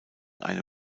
eine